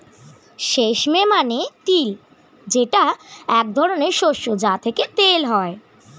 sesame মানে তিল যেটা এক ধরনের শস্য যা থেকে তেল হয়